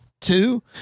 two